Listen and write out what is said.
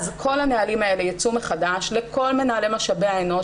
אז כל הנהלים האלה יצאו מחדש לכל מנהלי משאבי האנוש